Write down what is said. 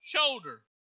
shoulder